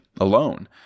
alone